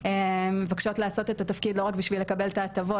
הן מבקשות לעשות את התפקיד לא רק בשביל לקבל את ההטבות,